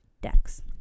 decks